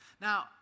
Now